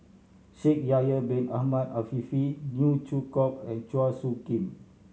Shaikh Yahya Bin Ahmed Afifi Neo Chwee Kok and Chua Soo Khim